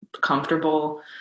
comfortable